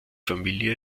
familie